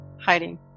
hiding